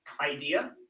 idea